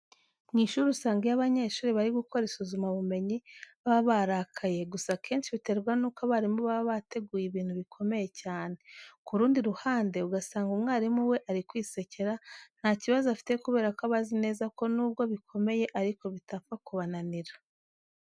Mu ishuri usanga iyo abanyeshuri bari gukora isuzumabumenyi baba barakaye, gusa akenshi biterwa nuko abarimu baba bateguye ibintu bikomeye cyane. Ku rundi ruhande ugasanga umwarimu we ari kwisekera, nta kibazo afite kubera ko aba azi neza ko nubwo bikomeye ariko bitapfa kubananira.